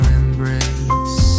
embrace